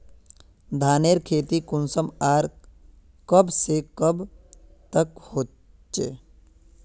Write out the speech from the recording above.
धानेर खेती कुंसम आर कब से कब तक होचे?